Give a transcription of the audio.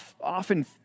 often